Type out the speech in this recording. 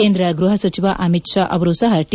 ಕೇಂದ್ರ ಗೃಹ ಸಚಿವ ಅಮಿತ್ ಷಾ ಅವರು ಸಹ ಟಿ